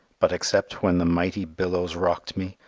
but except when the mighty billows rocked me,